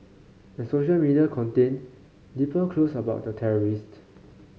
and social media contained deeper clues about the terrorists